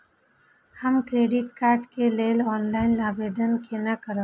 हम credit card के लेल ऑनलाइन आवेदन केना करब?